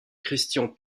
christian